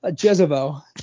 jezebel